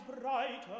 brighter